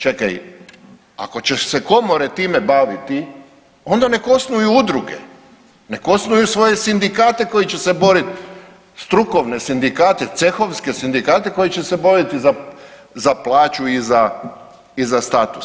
Čekaj, ako će se komore time baviti onda nek osnuju udruge, nek osnuju svoje sindikate koji će se boriti, strukovne sindikate, cehovske sindikate koji će se boriti za plaću i za status.